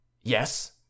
Yes